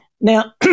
Now